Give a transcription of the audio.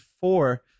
four